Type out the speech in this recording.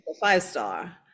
five-star